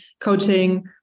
coaching